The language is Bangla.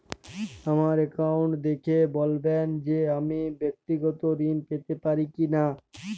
আমার অ্যাকাউন্ট দেখে বলবেন যে আমি ব্যাক্তিগত ঋণ পেতে পারি কি না?